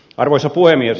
arvoisa puhemies